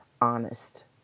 honest